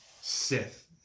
Sith